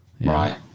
Right